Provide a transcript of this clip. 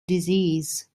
disease